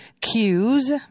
cues